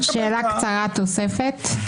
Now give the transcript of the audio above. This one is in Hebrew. שאלה קצרה לתוספת.